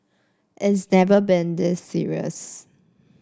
it's never been this serious